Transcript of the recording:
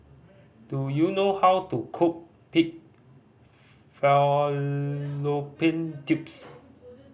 do you know how to cook pig fallopian tubes